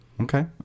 Okay